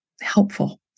helpful